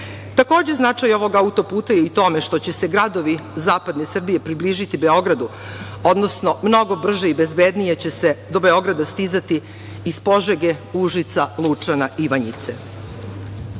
značaj ovog autoputa je i u tome što će se gradovi zapadne Srbije približiti Beogradu, odnosno mnogo brže i bezbednije će se do Beograda stizati iz Požege, Užica, Lučana, Ivanjice. Ovaj